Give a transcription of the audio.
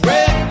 Red